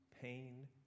pain